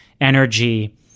Energy